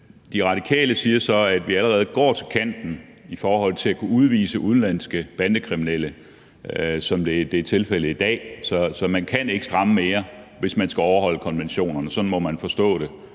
De Radikale siger, at vi allerede går til kanten i forhold til at kunne udvise udenlandske bandekriminelle, som det er tilfældet i dag, så man kan ikke stramme mere, hvis man skal overholde konventionerne – sådan må man forstå det